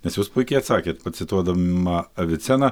nes jūs puikiai atsakėt pacituodama aviceną